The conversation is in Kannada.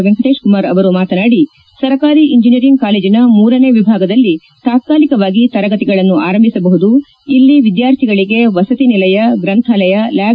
ವೆಂಕಟೇಶ ಕುಮಾರ್ ಅವರು ಮಾತನಾಡಿ ಸರಕಾರಿ ಇಂಜನೀಯರಿಂಗ್ ಕಾಲೇಜನ ಮೂರನೇ ವಿಭಾಗದಲ್ಲಿ ತಾತ್ನಾಲಿಕವಾಗಿ ತರಗತಿಗಳನ್ನು ಆರಂಭಿಸಬಹುದು ಇಲ್ಲಿ ವಿದ್ಯಾರ್ಥಿಗಳಿಗೆ ವಸತಿ ನಿಲಯ ಗ್ರಂಥಾಲಯ ಲ್ಯಾಬ್